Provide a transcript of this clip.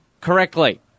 correctly